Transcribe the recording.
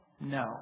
No